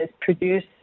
produce